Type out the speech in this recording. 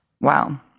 Wow